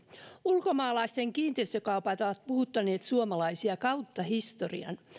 ulkomaalaisten kiinteistökaupat ovat puhuttaneet suomalaisia kautta historian